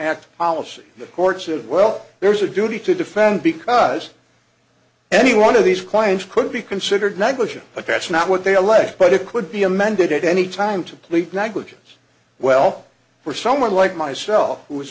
act policy the court said well there's a duty to defend because any one of these clients could be considered negligent but that's not what they allege but it could be amended at any time to plead negligence well for someone like myself who